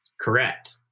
Correct